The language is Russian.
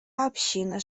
община